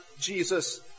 Jesus